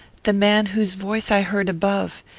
the man whose voice i heard above.